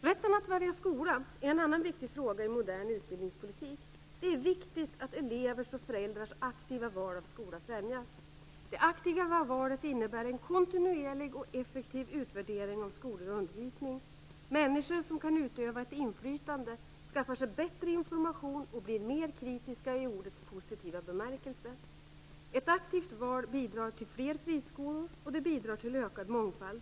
Rätten att välja skola är en annan viktig fråga i modern utbildningspolitik. Det är viktigt att elevers och föräldrars aktiva val av skola främjas. Det aktiva valet innebär en kontinuerlig och effektiv utvärdering av skolor och undervisning. Människor som kan utöva ett inflytande skaffar sig bättre information och blir mer kritiska i ordets positiva bemärkelse. Ett aktivt val bidrar till fler friskolor, och det bidrar till ökad mångfald.